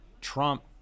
Trump